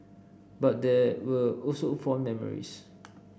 but there were also fond memories